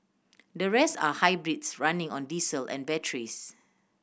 the rest are hybrids running on diesel and batteries